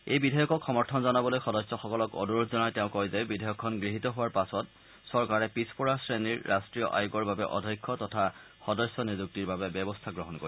এই বিধেয়কক সমৰ্থন জনাবলৈ সদস্যসকলক অনুৰোধ জনাই তেওঁ কয় যে বিধেয়কখন গৃহীত হোৱাৰ পাছত চৰকাৰে পিছপৰা শ্ৰেণীৰ ৰাষ্ট্ৰীয় আয়োগৰ বাবে অধ্যক্ষ তথা সদস্য নিযুক্তিৰ বাবে ব্যৱস্থা গ্ৰহণ কৰিব